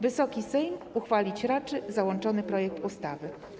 Wysoki Sejm uchwalić raczy załączony projekt ustawy.